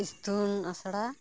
ᱤᱛᱩᱱ ᱟᱥᱲᱟ